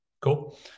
cool